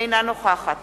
אינה נוכחת